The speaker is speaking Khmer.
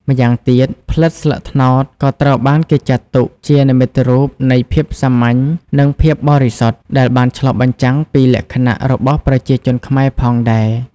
ម្យ៉ាងទៀត ផ្លិតស្លឹកត្នោតក៏ត្រូវបានគេចាត់ទុកជា និមិត្តរូបនៃភាពសាមញ្ញ និងភាពបរិសុទ្ធ ដែលបានឆ្លុះបញ្ចាំងពីលក្ខណៈរបស់ប្រជាជនខ្មែរផងដែរ។